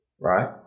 Right